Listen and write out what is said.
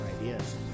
ideas